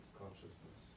consciousness